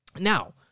Now